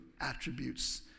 attributes